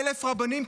1,000 רבנים,